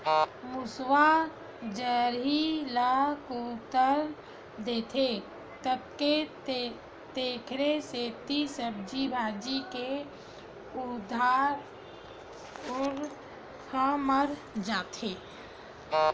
मूसवा जरई ल कुतर देथे तेखरे सेती सब्जी भाजी के पउधा ह मर जाथे